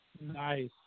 Nice